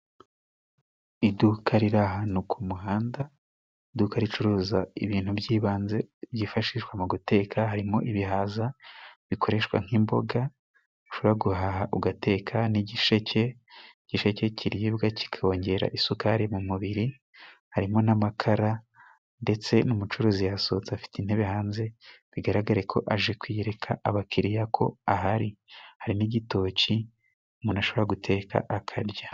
Iduka riri ahantu ku muhanda iduka ricuruza ibintu by'ibanze byifashishwa mu guteka harimo ibihaza bikoreshwa nk'imboga bishobora guhaha ugateka n'igisheke, igisheke cy'iribwa kikongera isukari mu mubiri harimo n'amakara ndetse n'umucuruzi yasohotse afite intebe hanze bigaragare ko aje kwiyereka abakiriya ko ahari. Hari n'igitoki umuntu ashobora guteka akarya.